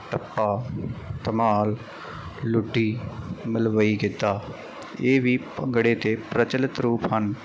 ਟੱਪਾ ਧਮਾਲ ਲੁੱਡੀ ਮਲਵਈ ਗਿੱਧਾ ਇਹ ਵੀ ਭੰਗੜੇ ਦੇ ਪ੍ਰਚਲਿਤ ਰੂਪ ਹਨ